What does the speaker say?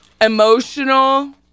Emotional